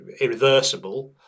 irreversible